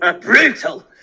Brutal